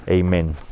Amen